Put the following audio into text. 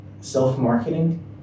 self-marketing